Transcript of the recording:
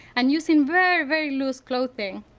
and using very, very loose clothing.